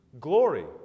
glory